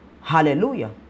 Hallelujah